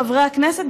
לחברי הכנסת,